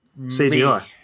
CGI